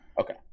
Okay